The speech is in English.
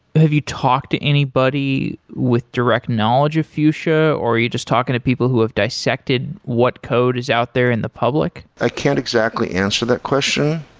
have you talked to anybody with direct knowledge of fuchsia, or are you just talking to people who have dissected what code is out there in the public? i can't exactly answer that question.